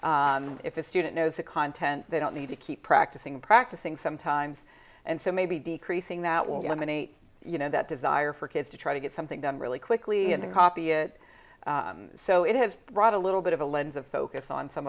herc if a student knows the content they don't need to keep practicing practicing sometimes and so maybe decreasing that will eliminate you know that desire for kids to try to get something done really quickly and then copy it so it has brought a little bit of a lens of focus on some